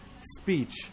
speech